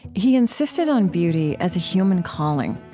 he insisted on beauty as a human calling.